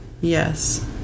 Yes